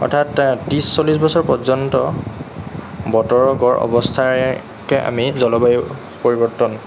অৰ্থাৎ ত্ৰিছ চল্লিছ বছৰ পৰ্যন্ত বতৰৰ গড় অৱস্থাকে আমি জলবায়ু পৰিৱৰ্তন